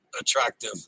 attractive